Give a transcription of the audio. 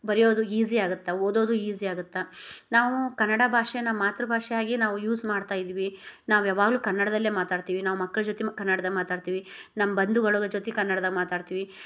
ಬರಿಯೋದು ಈಝಿ ಆಗತ್ತೆ ಓದೋದು ಈಝಿ ಆಗತ್ತೆ ನಾವು ಕನ್ನಡ ಭಾಷೆನ ಮಾತೃಭಾಷೆಯಾಗಿ ನಾವು ಯೂಸ್ ಮಾಡ್ತಾಯಿದ್ವಿ ನಾವು ಯವಾಗಲು ಕನ್ನಡದಲ್ಲೇ ಮಾತಾಡ್ತೀವಿ ನಾವು ಮಕ್ಳು ಜೊತೆಮ್ ಕನ್ನಡ್ದಾಗ ಮಾತಾಡ್ತೀವಿ ನಮ್ಮ ಬಂಧುಗಳುಗ ಜೊತೆ ತೆ ಕನ್ನಡ್ದಾಗ ಮಾತಾಡ್ತೀವಿ